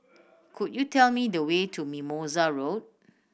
could you tell me the way to Mimosa Road